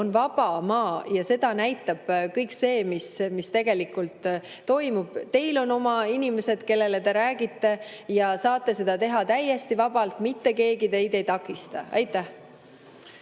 on vaba maa ja seda näitab kõik see, mis tegelikult toimub. Teil on oma inimesed, kellele te räägite, ja te saate seda teha täiesti vabalt, mitte keegi teid ei takista. Aitäh!